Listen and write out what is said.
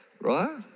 Right